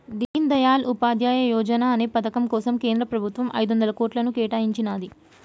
దీన్ దయాళ్ ఉపాధ్యాయ యోజనా అనే పథకం కోసం కేంద్ర ప్రభుత్వం ఐదొందల కోట్లను కేటాయించినాది